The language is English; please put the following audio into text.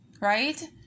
right